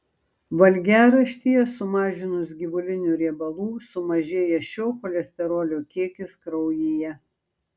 valgiaraštyje sumažinus gyvulinių riebalų sumažėja šio cholesterolio kiekis kraujyje